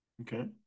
Okay